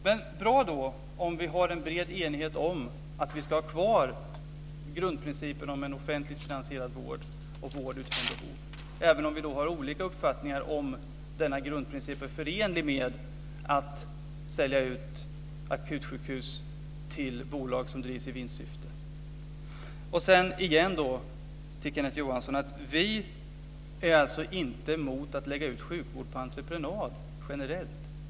Fru talman! Det är bra om det råder bred enighet om att ha kvar grundprincipen om en offentligt finansierad vård utifrån behov, även om vi har olika uppfattningar om denna grundprincip är förenlig med att sälja ut akutsjukhus till bolag som drivs i vinstsyfte. Vi är inte generellt emot att lägga ut sjukvård på entreprenad.